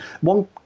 One